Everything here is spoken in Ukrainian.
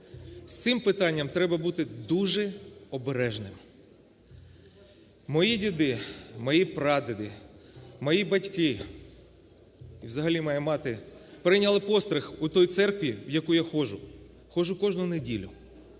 з цим питанням треба бути дуже обережним. Мої діди, мої прадіди, мої батьки, і взагалі моя мати прийняли постриг у тій церкві, в яку я ходжу, ходжу кожну неділю,